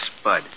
Spud